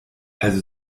also